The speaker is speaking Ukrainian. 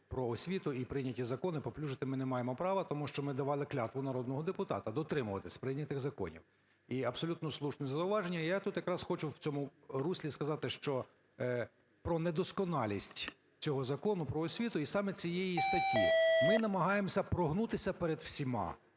"Про освіту" і прийняті закони паплюжити ми не маємо права, тому що ми давали клятву народного депутата дотримуватись прийнятих законів, і абсолютно слушне зауваження. Я тут якраз хочу в цьому руслі сказати про недосконалість цього Закону "Про освіту" і саме цієї статті. Ми намагаємося прогнутися перед всіма.